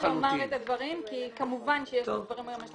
אני חייבת לומר את הדברים כי כמובן שיש לדברים השלכות רוחב.